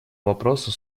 вопросу